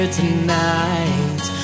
tonight